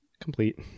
Complete